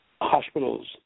hospitals